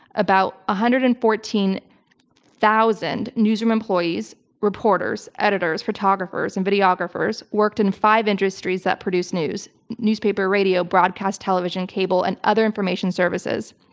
about one ah hundred and fourteen thousand newsroom employees reporters, editors, photographers and videographers worked in five industries that produce news newspaper radio broadcast television cableand other information services.